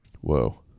Whoa